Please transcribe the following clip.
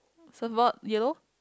surf board yellow